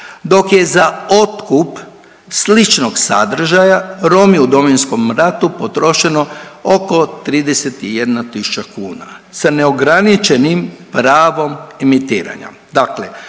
dok je za otkup sličnog sadržaja Romi u Domovinskom ratu potrošeno oko 31 tisuća kuna sa neograničenim pravom imitiranja.